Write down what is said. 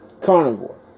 carnivore